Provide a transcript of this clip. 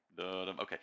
Okay